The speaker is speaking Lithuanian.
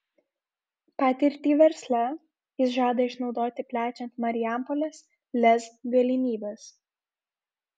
patirtį versle jis žada išnaudoti plečiant marijampolės lez galimybes